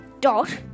dot